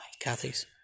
Kathy's